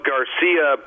Garcia